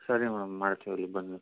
ಸರಿ ಮೇಡಮ್ ಮಾಡ್ತೀವಿ ರೀ ಬನ್ನಿ